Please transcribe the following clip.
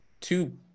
two